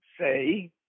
say